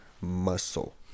muscle